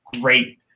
great